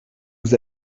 vous